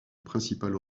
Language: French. principale